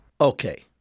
Okay